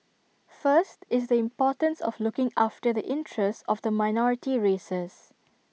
first is the importance of looking after the interest of the minority races